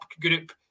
group